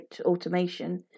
automation